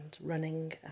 running